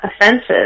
offenses